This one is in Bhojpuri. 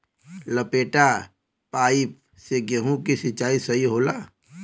लपेटा पाइप से गेहूँ के सिचाई सही होला?